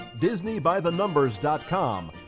DisneyByTheNumbers.com